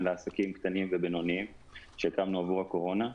לעסקים קטנים ובינוניים שהקמנו עבור הקורונה.